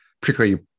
particularly